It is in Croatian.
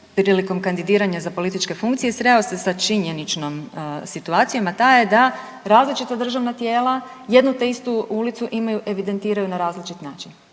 prilikom kandidiranja za političke funkcije, sreo se sa činjeničnom situacijom, a ta je da različita državna tijela jednu te istu ulicu imaju, evidentiraju na različit način